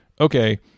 okay